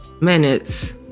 minutes